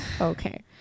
Okay